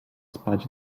spać